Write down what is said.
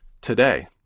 today